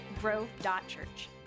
grove.church